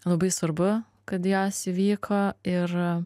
labai svarbu kad jos įvyko ir